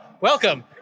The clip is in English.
Welcome